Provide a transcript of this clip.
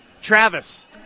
Travis